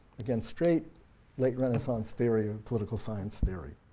again straight late renaissance theory and political science theory.